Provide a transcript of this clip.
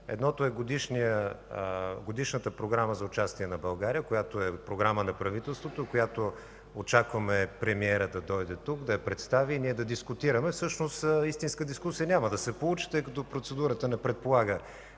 Едното е Годишната програма за участие на България, която е програма на правителството. Очакваме премиерът да дойде тук и да я представи, а ние да дискутираме. Всъщност, истинска дискусия няма да се получи, тъй като процедурата не предполага